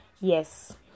yes